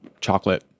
chocolate